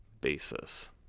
basis